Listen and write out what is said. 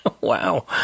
Wow